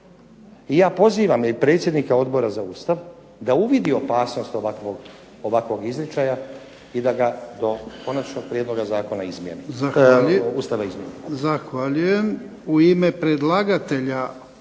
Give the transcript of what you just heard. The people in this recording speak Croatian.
ja pozivam i predsjednika Odbora za Ustav da uvidi opasnost ovakvog izričaja i da ga do konačnog prijedloga zakona izmijeni.